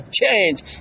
change